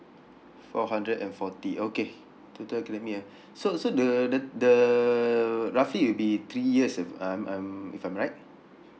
four hundred and forty okay total academy ah so so the the the roughly it'll be three years if I'm I'm if I'm right